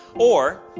or,